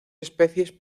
especies